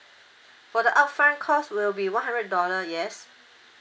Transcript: for the upfront cost will be one hundred dollar yes